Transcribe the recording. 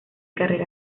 carrera